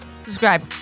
Subscribe